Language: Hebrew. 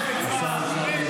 הכסף.